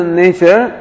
nature